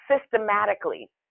Systematically